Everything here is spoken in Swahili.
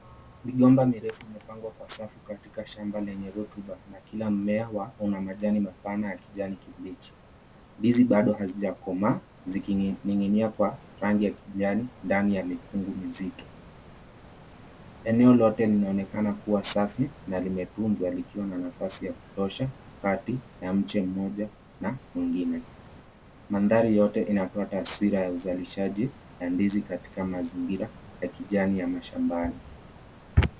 Migomba mirefu imepangwa kwa safu katika shamba lenye rotuba na kila mmea una majani mapana ya kijani kibichi. Ndizi bado hazijakomaa zikining'inia kwa rangi ya kijani ndani ya mikungu mizito. Eneo lote linaonekana kuwa safi na limetunzwa likiwa na nafasi ya kutosha kati ya mche mmoja na mwingine. Mandhari yote inatoa taswira ya uzalishaji ya ndizi katika mazingira ya kijani ya mashamba hayo.